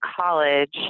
college